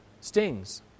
stings